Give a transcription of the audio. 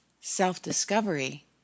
self-discovery